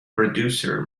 producer